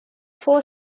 four